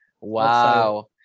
Wow